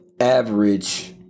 average